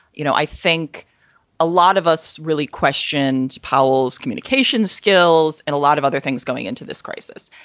you know, i think a lot of us really questioned powles communication skills and a lot of other things going into this crisis.